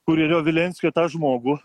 kurjerio vilenskio tą žmogų